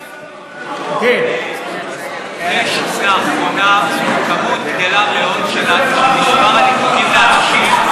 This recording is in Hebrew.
לאחרונה גדל מאוד של מספר הניתוקים לאנשים,